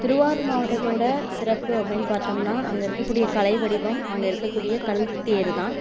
திருவாரூர் மாவட்டத்தோட சிறப்பு அப்படின்னு பார்த்தோம்ன்னா அங்கிருக்க கூடிய கலை வடிவம் அங்கிருக்க கூடிய கல் தேர் தான்